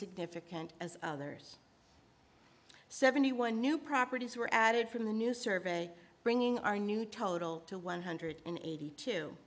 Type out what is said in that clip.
significant as others seventy one new properties were added from the new survey bringing our new total to one hundred eighty two